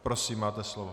Prosím, máte slovo.